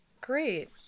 Great